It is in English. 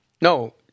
No